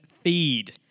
feed